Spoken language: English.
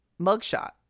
mugshot